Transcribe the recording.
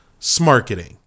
smarketing